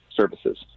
services